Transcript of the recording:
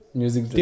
music